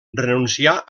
renuncià